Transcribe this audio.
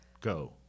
go